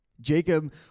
Jacob